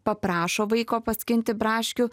paprašo vaiko paskinti braškių